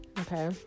okay